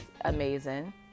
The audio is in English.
amazing